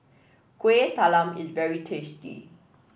Kuih Talam is very tasty